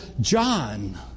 John